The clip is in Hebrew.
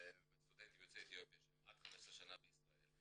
בסטודנטים יוצאי אתיופיה שהם עד 15 שנה בישראל,